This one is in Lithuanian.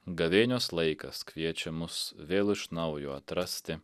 gavėnios laikas kviečia mus vėl iš naujo atrasti